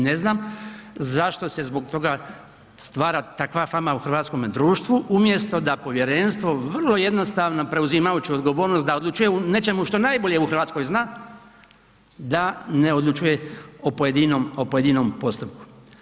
Ne znam zašto se zbog toga stvara takva fama u hrvatskome društvu umjesto da povjerenstvo vrlo jednostavno preuzimajući odgovornost da odlučuje o nečemu što najbolje u Hrvatskoj zna da ne odlučuje o pojedinom postupku.